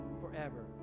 forever